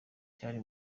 cyari